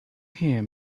hear